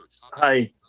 Hi